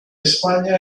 españa